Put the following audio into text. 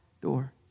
door